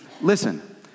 listen